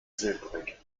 silbrig